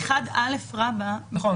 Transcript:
אבל 1א מתייחס --- נכון,